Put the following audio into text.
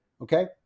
okay